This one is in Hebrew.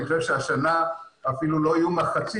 אני חושב שהשנה אפילו לא יהיו מחצית